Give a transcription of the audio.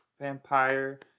vampire